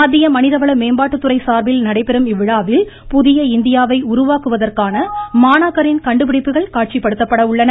மத்திய மனிதவள மேம்பாட்டுத்துறை சார்பில் நடைபெறும் இவ்விழாவில் இந்தியாவை உருவாக்குவதற்கான மாணாக்கரின் புதிய கண்டுபிடிப்புகள் காட்சிபடுத்தப்பட உள்ளன